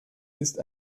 ist